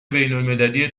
بینالمللی